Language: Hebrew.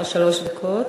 לך שלוש דקות.